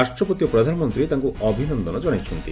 ରାଷ୍ଟ୍ରପତି ଓ ପ୍ରଧାନମନ୍ତ୍ରୀ ତାଙ୍କୁ ଅଭିନନ୍ଦନ ଜଣାଇଛନ୍ତି